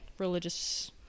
religious